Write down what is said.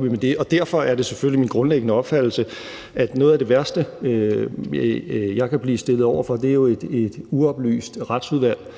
vi med det? Derfor er det selvfølgelig min grundlæggende opfattelse, at noget af det værste, jeg kan blive stillet over for, er et uoplyst Retsudvalg.